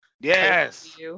Yes